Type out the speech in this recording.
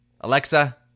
Alexa